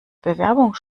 bewerbung